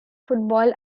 football